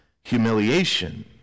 humiliation